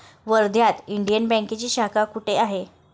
वर्ध्यात इंडियन बँकेची शाखा कुठे आहे?